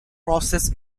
process